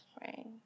right